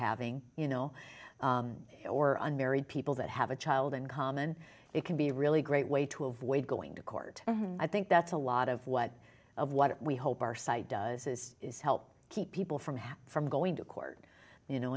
having you know or unmarried people that have a child in common it can be really great way to avoid going to court and i think that's a lot of what of what we hope our site does is help keep people from from going to court you know